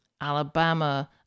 Alabama